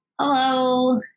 Hello